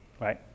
right